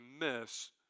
miss